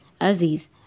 aziz